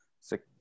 six